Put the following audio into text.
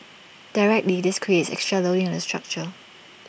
directly this creates extra loading on the structure